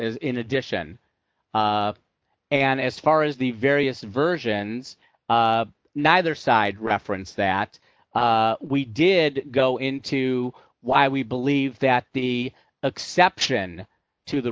as in addition and as far as the various versions neither side referenced that we did go into why we believe that the exception to the